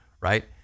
right